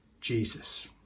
Jesus